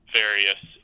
various